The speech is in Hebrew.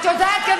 את יודעת,